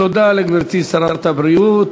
תודה לגברתי שרת הבריאות.